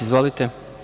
Izvolite.